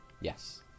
Yes